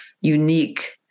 unique